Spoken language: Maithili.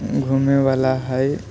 घुमैवला है